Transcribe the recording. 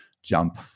jump